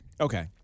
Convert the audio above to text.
Okay